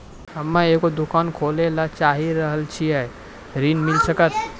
हम्मे एगो दुकान खोले ला चाही रहल छी ऋण मिल सकत?